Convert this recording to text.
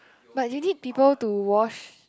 but you need people to wash